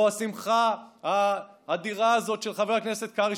לא השמחה לאיד או השמחה האדירה הזאת של חבר הכנסת קרעי,